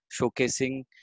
showcasing